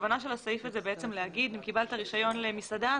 הכוונה של הסעיף הזה היא לומר שאם קיבלת רישיון למסעדה,